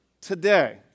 today